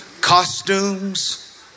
Costumes